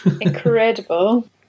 incredible